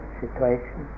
situation